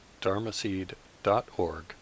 dharmaseed.org